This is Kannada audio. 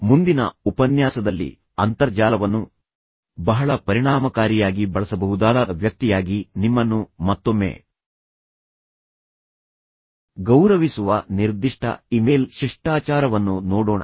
ಮುಂದಿನ ಉಪನ್ಯಾಸದಲ್ಲಿ ಅಂತರ್ಜಾಲವನ್ನು ಬಹಳ ಪರಿಣಾಮಕಾರಿಯಾಗಿ ಬಳಸಬಹುದಾದ ವ್ಯಕ್ತಿಯಾಗಿ ನಿಮ್ಮನ್ನು ಮತ್ತೊಮ್ಮೆ ಗೌರವಿಸುವ ನಿರ್ದಿಷ್ಟ ಇಮೇಲ್ ಶಿಷ್ಟಾಚಾರವನ್ನು ನೋಡೋಣ